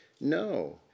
No